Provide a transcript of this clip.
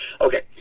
Okay